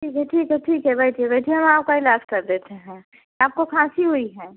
ठीक है ठीक है बैठिए बैठिए हम आपका इलाज कर देते हैं आपको खांसी हुई है